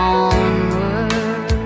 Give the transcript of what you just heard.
onward